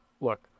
look